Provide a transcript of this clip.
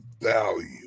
value